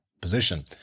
position